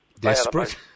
desperate